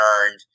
earned